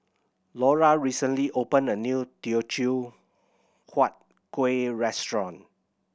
Lora recently opened a new Teochew Huat Kueh restaurant